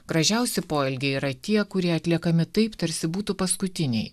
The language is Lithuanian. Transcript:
gražiausi poelgiai yra tie kurie atliekami taip tarsi būtų paskutiniai